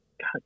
god